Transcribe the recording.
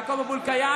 יעקוב אבו אלקיעאן,